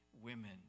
women